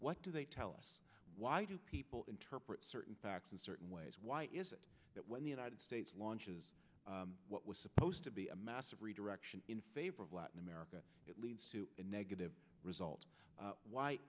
what do they tell us why do people interpret certain facts in certain ways why is it that when the united states launches what was supposed to be a massive redirection in favor of latin america it leads to a negative result why why